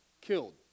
killed